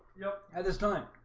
yeah at this time